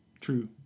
True